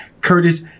Curtis